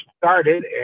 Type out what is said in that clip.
started